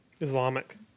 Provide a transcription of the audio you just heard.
Islamic